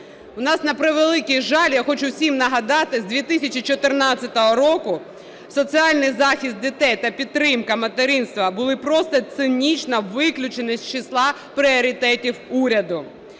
У нас, на превеликий жаль, я хочу всім нагадати, з 2014 року соціальний захист дітей та підтримка материнства були просто цинічно виключені з числа пріоритетів уряду.